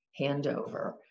handover